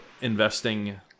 investing